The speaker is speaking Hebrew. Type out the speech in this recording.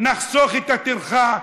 נחסוך את הטרחה,